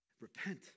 Repent